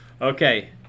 Okay